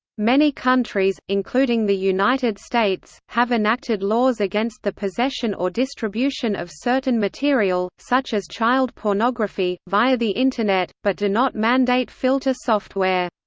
many countries, including the united states, have enacted laws against the possession or distribution of certain material, such as child pornography, via the internet, but do not mandate filter software.